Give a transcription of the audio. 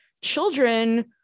children